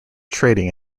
trading